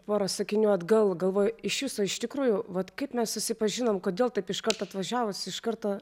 pora sakinių atgal galvoju iš viso iš tikrųjų vat kaip mes susipažinom kodėl taip iškart atvažiavus iš karto